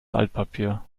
altpapier